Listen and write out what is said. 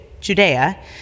Judea